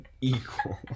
equal